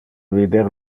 vider